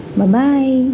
Bye-bye